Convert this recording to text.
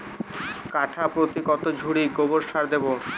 কাঠাপ্রতি কত ঝুড়ি গোবর সার দেবো?